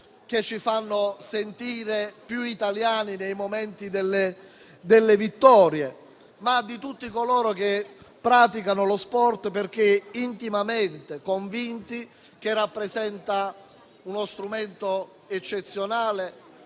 e ci fanno sentire più italiani nei momenti delle vittorie, ma anche quello di tutti coloro che praticano lo sport perché intimamente convinti che rappresenti uno strumento eccezionale,